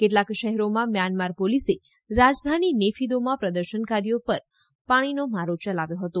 કેટલાક શહેરોમાં મ્યાનમાર પોલીસે રાજધાની નેફિદોમાં પ્રદર્શનકારીઓ પણ પાણીનો મારો ચલાવ્યો હતો